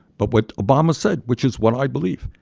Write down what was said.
but what obama said, which is what i believe,